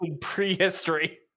prehistory